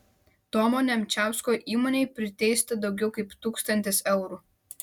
tomo nemčiausko įmonei priteista daugiau kaip tūkstantis eurų